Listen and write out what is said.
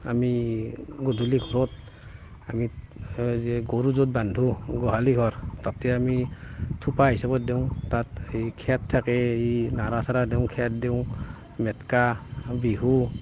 আমি গধূলি ঘৰত আমি যে গৰু য'ত বান্ধো গোহালি ঘৰ তাতে আমি থোপা হিচাপত দিওঁ তাত এই খেৰ থাকে এই নৰা চৰা দিওঁ খেৰ দিওঁ মেটেকা বিহু